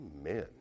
amen